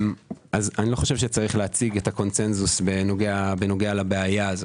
אני לא חושב שצריך להציג את הקונצנזוס בעניין הבעיה הזו.